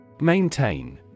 Maintain